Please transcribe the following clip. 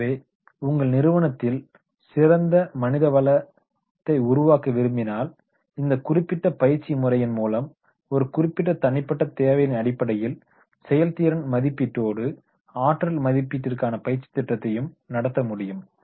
ஆகவே உங்கள் நிறுவனத்தில் சிறந்த மனித வளத்தை உருவாக்க விரும்பினால் இந்த குறிப்பிட்ட பயிற்சி முறையின் மூலம் ஒரு குறிப்பிட்ட தனிப்பட்ட தேவைகளின் அடிப்படையில் செயல்திறன் மதிப்பீட்டோடு ஆற்றல் மதிப்பீட்டிற்கான பயிற்சித் திட்டத்தையும் நடத்த முடியும்